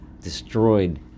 destroyed